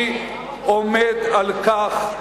אני עומד על כך,